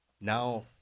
now